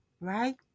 right